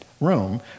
room